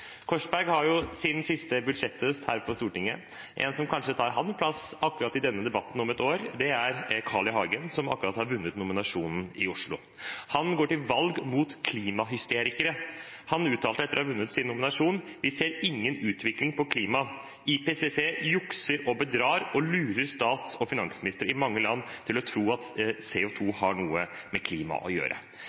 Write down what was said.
Korsberg har sin siste budsjetthøst her på Stortinget. En som kanskje tar hans plass i denne debatten om et år, er Carl. I. Hagen, som akkurat har blitt nominert i Oslo. Han går til valg mot klimahysterikere. Etter å ha blitt nominert uttalte han at vi ser ingen utvikling når det gjelder klima, og at IPPC jukser og bedrar og lurer statsministre og finansministre i mange land til å tro at CO2 har noe med klima å gjøre.